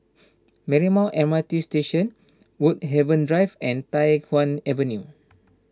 Marymount M R T Station Woodhaven Drive and Tai Hwan Avenue